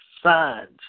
signs